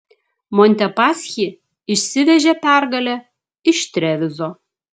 montepaschi išsivežė pergalę iš trevizo